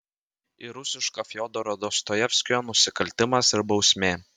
ir rusiška fiodoro dostojevskio nusikaltimas ir bausmė